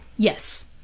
yes.